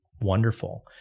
wonderful